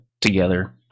together